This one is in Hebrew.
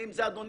אדוני,